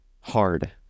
hard